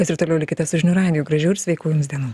jūs ir toliau likite su žinių radiju gražių ir sveikų jums dienų